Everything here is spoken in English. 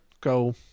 Go